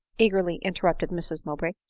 eagerly inter rupted mrs mowbray.